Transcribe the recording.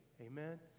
Amen